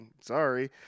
sorry